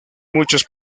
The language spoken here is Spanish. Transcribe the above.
muchos